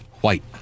White